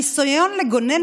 הניסיון לגונן,